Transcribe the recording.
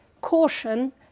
caution